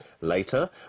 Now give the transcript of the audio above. Later